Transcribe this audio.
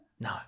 No